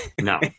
No